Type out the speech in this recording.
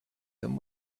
them